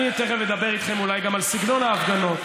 אני תכף אדבר איתכם אולי גם על סגנון ההפגנות.